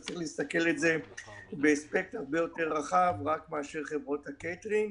אז צריך להסתכל על זה באספקט הרבה יותר רחב רק מאשר חברות הקייטרינג.